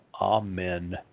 Amen